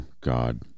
God